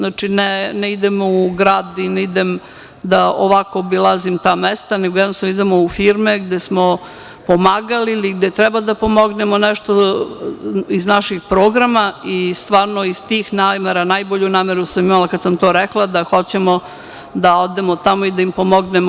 Ne idem u grad i ne idem da ovako obilazim ta mesta, nego jednostavno idemo u firme gde smo pomagali ili gde treba da pomognemo nešto iz naših programa i stvarno iz tih namera, najbolju nameru sam imala kada sam to rekla da hoćemo da odemo tamo i da im pomognemo.